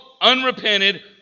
unrepented